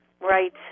Right